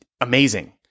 amazing